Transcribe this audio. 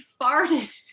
farted